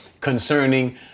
Concerning